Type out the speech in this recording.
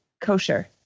kosher